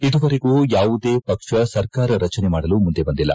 ಇದುವರೆಗೂ ಯಾವುದೇ ಪಕ್ಷ ಸರ್ಕಾರ ರಜನೆ ಮಾಡಲು ಮುಂದೆ ಬಂದಿಲ್ಲ